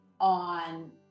on